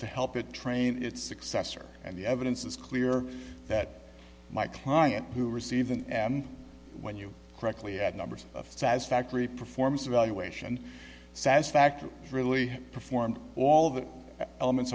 to help it train its successor and the evidence is clear that my client who received when you correctly add numbers of satisfactory performance evaluation satisfactory really performed all the elements